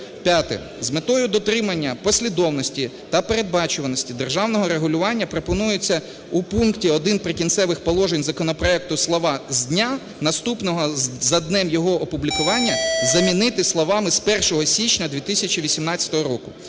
П'яте. З метою дотримання послідовності та передбачуваності державного регулювання пропонується у пункті 1 "Прикінцевих положень" законопроекту слова "з дня, наступного за днем його опублікування" замінити словами "з 1 січня 2018 року".